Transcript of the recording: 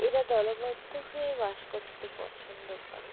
এরা দলবদ্ধ হয়ে বাস করতে পছন্দ করে